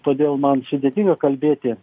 todėl man sudėtinga kalbėti